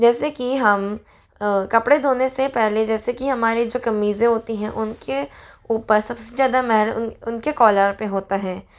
जैसे कि हम कपड़े धोने से पहले जैसे कि हमारी जो कमीज़ें होती हैं उनके ऊपर सब से ज़्यादा मैल उनके कोलर पर होता है